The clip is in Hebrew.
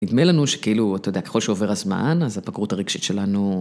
נדמה לנו שכאילו, אתה יודע, ככל שעובר הזמן, אז הבגרות הרגשית שלנו...